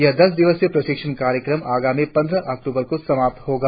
यह दस दिवसीय प्रशिक्षण कार्यक्रम आगामी पंद्रह अक्टूबर को समाप्त होगा